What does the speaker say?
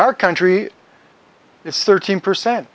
our country is thirteen percent